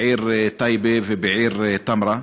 בעיר טייבה ובעיר תמרה.